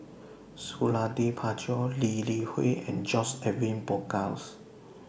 Suradi Parjo Lee Li Hui and George Edwin Bogaars